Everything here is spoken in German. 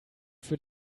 für